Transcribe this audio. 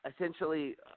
Essentially